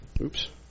Oops